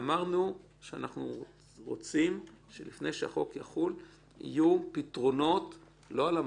אמרנו שאנחנו רוצים שלפני שהחוק יחול יהיו פתרונות לא על המדף,